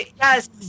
yes